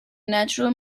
natural